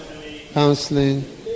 Counseling